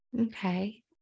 Okay